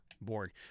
board